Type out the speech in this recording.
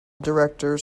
directors